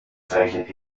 zeichnet